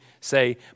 say